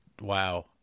Wow